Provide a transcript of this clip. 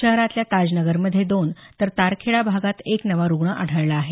शहरातल्या ताजनगरमधे दोन तर तारखेडा भागात एक नवा रुग्ण आढळला आहे